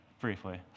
Briefly